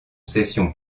session